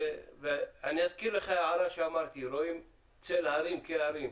אני אזכיר הערה שהערתי, שרואים צל הרים כהרים.